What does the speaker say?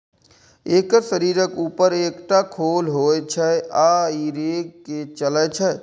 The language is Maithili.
एकर शरीरक ऊपर एकटा खोल होइ छै आ ई रेंग के चलै छै